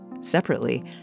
Separately